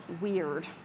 weird